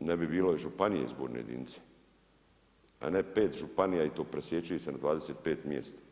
ne bi bilo i županija izborna jedinica, a ne 5 županija i to presijecaju se na 25 mjesta.